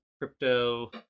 crypto